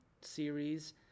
series